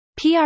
PR